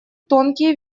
тонкие